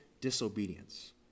disobedience